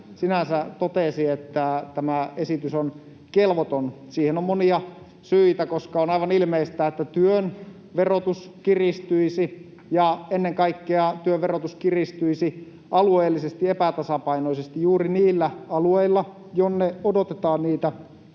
sinänsä totesi, että tämä esitys on kelvoton. Siihen on monia syitä, koska on aivan ilmeistä, että työn verotus kiristyisi ja ennen kaikkea työn verotus kiristyisi alueellisesti epätasapainoisesti juuri niillä alueilla, jonne odotetaan niitä